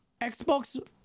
Xbox